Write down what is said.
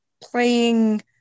playing